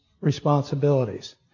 responsibilities